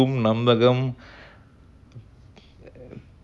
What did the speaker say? நம்பனும்:nambanum